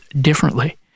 differently